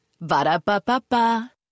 Ba-da-ba-ba-ba